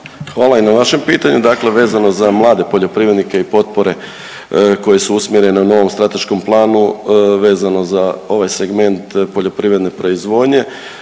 Hvala i na vašem pitanju. Dakle vezano za mlade poljoprivrednike i potpore koje su usmjerene na novom strateškom planu vezano za ovaj segment poljoprivredne proizvodnje,